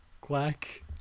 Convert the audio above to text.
Quack